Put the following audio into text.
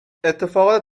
اتفاقات